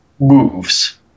moves